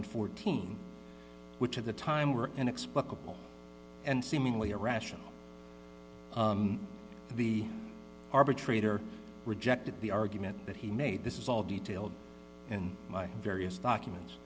and fourteen which at the time were inexplicable and seemingly irrational for the arbitrator rejected the argument that he made this is all detailed in my various documents